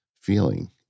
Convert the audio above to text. feeling